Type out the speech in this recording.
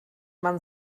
man